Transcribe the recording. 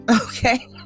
okay